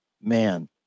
Man